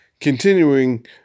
Continuing